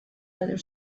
rather